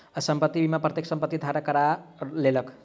संपत्ति बीमा प्रत्येक संपत्ति धारक करा लेलक